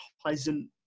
pleasant